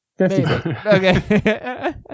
Okay